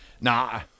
Nah